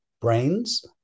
brains